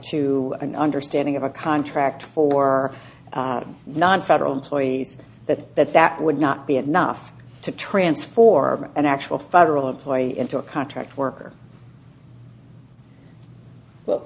to an understanding of a contract for nonfederal employees that that that would not be enough to transform an actual federal employee into a contract worker well